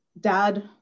dad